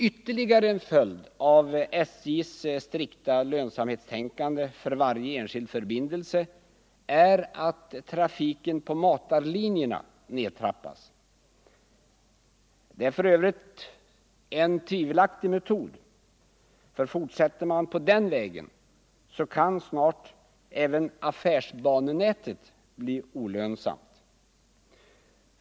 Ytterligare en följd av SJ:s strikta lönsamhetstänkande för varje enskild förbindelse är att trafiken på matarlinjerna nedtrappas. Det är för övrigt en tvivelaktig metod. Fortsätter man på den vägen kan snart även affärsbanenätet bli olönsamt.